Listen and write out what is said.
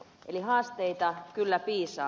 eli haasteita kyllä piisaa